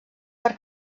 per